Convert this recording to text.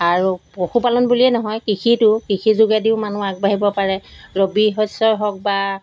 আৰু পশুপালন বুলিয়েই নহয় কৃষিটো কৃষি যোগেদিও মানুহ আগবাঢ়িব পাৰে ৰবি শস্যই হওক বা